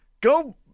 Go